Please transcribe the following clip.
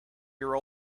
your